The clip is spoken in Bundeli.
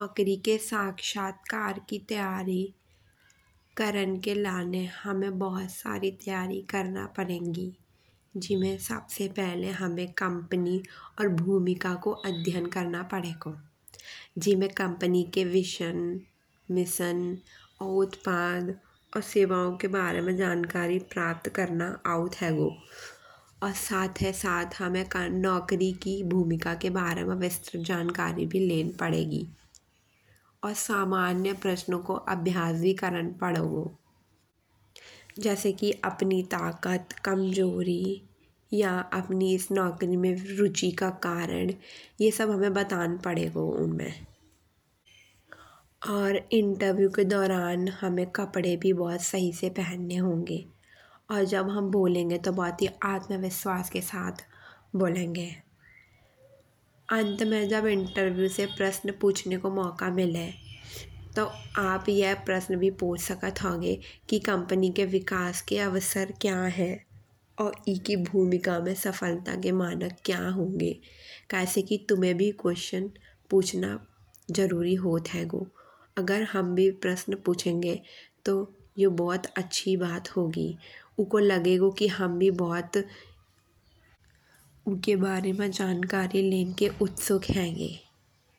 नौकरी के साक्षात्कार की तैयारी करन के लाने हमें बहुत सारी तैयारी करना पड़ेंगी। जिमें सबसे पहिले हमें कंपनी और भूमिका को अध्ययन करना पड़ेगो। जिमें कंपनी के विषयन मिशन और सेवाओं के बारे में जानकारी प्राप्त करना आऊत होगो। और सताई साथ हमें नौकरी की भूमिका के बारे में विस्तार से जानकारी भी लेन पड़ेगी। और समान्य प्रश्न को अभ्यास भी करन पड़ोगो। जैसे की अपनी ताकत कमजोरी या अपनी इस नोकरी में रुचि का कारण ये सब हमें बतान पड़ोगो। और इंटरव्यू के दौरान हमें कपड़े भी बहुत सही से पहनने होंगे। और जब हम बोलेंगे तो बहुत ही आत्मविश्वास के साथ बोलेंगे। अंत में अजब इंटरव्यू से प्रश्न पूछने को मौका मिलहे। तो आप यह प्रश्न भी पूछ सकत होगे की कंपनी के विकास के अवसर क्या हैं। और एकी भूमिका में सफलता के मानक क्या होंगे। काय से कि तुम भी प्रश्न पूछना जरूरी होत होगो। अगर हम भी प्रश्न पूछेंगे तो यह बहुत अच्छी बात होगी। उको लगेगो कि हम बहुत उके बारे में जानकारी लेन के उत्सुक हेंगें।